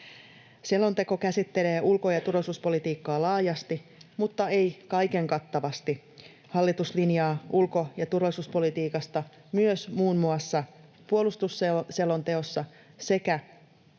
Selonteko käsittelee ulko- ja turvallisuuspolitiikkaa laajasti, mutta ei kaikenkattavasti. Hallitus linjaa ulko- ja turvallisuuspolitiikasta myös muun muassa puolustusselonteossa sekä